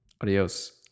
Adios